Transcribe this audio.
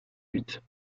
huit